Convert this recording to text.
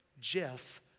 Jeff